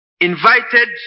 Invited